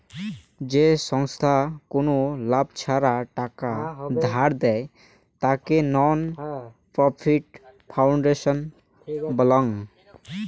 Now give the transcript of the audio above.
যে ছংস্থার কোনো লাভ ছাড়া টাকা ধার দেয়, তাকে নন প্রফিট ফাউন্ডেশন বলাঙ্গ